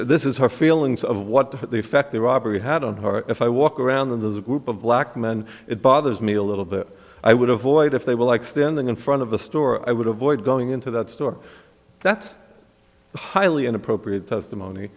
this is her feelings of what the effect the robbery had on her if i walk around there's a group of black men it bothers me a little bit i would avoid if they were like standing in front of the store i would avoid going into that store that's highly inappropriate testimony